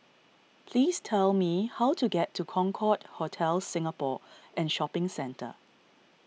please tell me how to get to Concorde Hotel Singapore and Shopping Centre